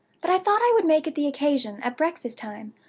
but i thought i would make it the occasion, at breakfast-time,